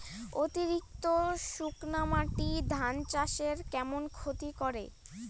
অতিরিক্ত শুকনা মাটি ধান চাষের কেমন ক্ষতি করে?